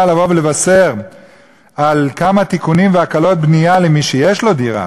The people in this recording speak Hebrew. לבוא ולבשר על כמה תיקונים והקלות בנייה למי שיש לו דירה,